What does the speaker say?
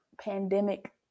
pandemic